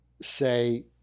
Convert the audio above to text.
say